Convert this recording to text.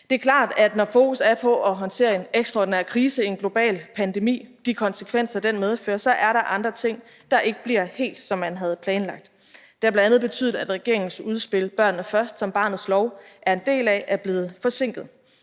Det er klart, at når fokus er på at håndtere en ekstraordinær krise, en global pandemi og de konsekvenser, den medfører, så er der andre ting, der ikke bliver helt, som man havde planlagt. Det har bl.a. betydet, at regeringens udspil »Børnene Først«, som barnets lov er en del af, er blevet forsinket.